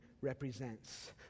represents